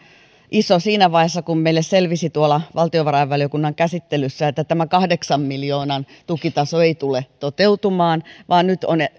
iso siinä vaiheessa kun meille selvisi tuolla valtiovarainvaliokunnan käsittelyssä että tämä kahdeksan miljoonan tukitaso ei tule toteutumaan vaan nyt on